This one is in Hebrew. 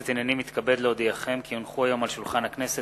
כי הונחו היום על שולחן הכנסת,